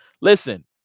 Listen